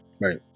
Right